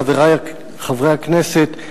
חברי חברי הכנסת,